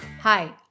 Hi